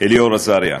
אלאור אזריה.